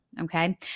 okay